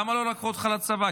למה לא לקחו אותך לצבא?